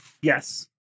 yes